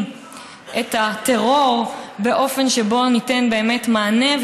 את הטרור באופן שבו ניתן באמת מענה,